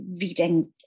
reading